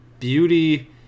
Beauty